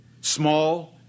small